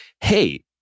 hey